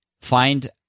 find